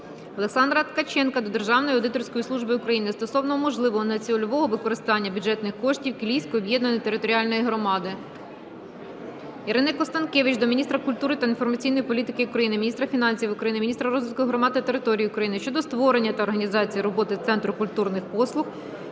Олександра Ткаченка до Державної аудиторської служби України стосовно можливого нецільового використання бюджетних коштів Кілійської об'єднаної територіальної громади. Ірини Констанкевич до міністра культури та інформаційної політики України, міністра фінансів України, міністра розвитку громад та територій України щодо створення та організації роботи центру культурних послуг